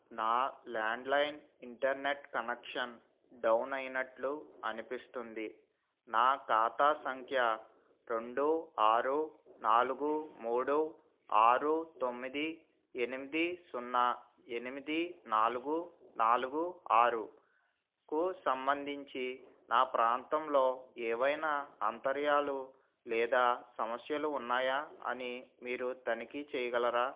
నా landline internet connection down అయినట్లు అనిపిస్తుంది నా ఖాతా సంఖ్య రెండు ఆరు నాలుగు మూడు ఆరు తొమ్మిది ఎనిమిది సున్నా ఎనిమిది నాలుగు నాలుగు ఆరుకు సంబంధించి నా ప్రాంతంలో ఏవైనా అంతరాయాలు లేదా సమస్యలు ఉన్నాయా అని మీరు తనిఖీ చేయగలరా